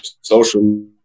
social